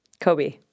Kobe